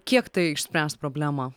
kiek tai išspręs problemą